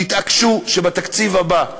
תתעקשו שבתקציב הבא,